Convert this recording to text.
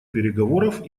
переговоров